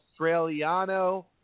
Australiano